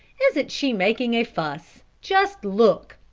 isn't she making a fuss? just look!